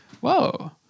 Whoa